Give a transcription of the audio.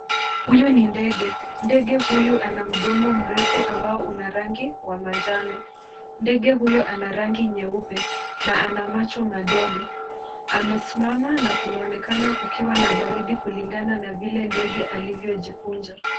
Huyu ni ndege. Ndege huyu ana mdomo mrefu ambao una rangi wa manjano. Ndege huyo ana rangi nyeupe na ana macho madogo. Amesimama na kunaonekana kukiwa na baridi kulingana na vile ndege alivyojikunja.